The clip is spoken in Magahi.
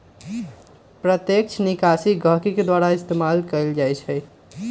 प्रत्यक्ष निकासी गहकी के द्वारा इस्तेमाल कएल जाई छई